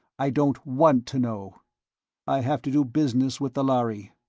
i don't want to know i have to do business with the lhari.